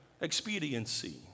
expediency